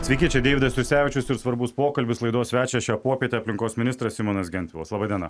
sveiki čia deividas jursevičius ir svarbus pokalbis laidos svečias šią popietę aplinkos ministras simonas gentvilas laba diena